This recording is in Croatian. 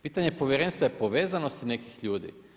Pitanje povjerenstva je povezanost nekih ljudi.